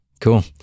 Cool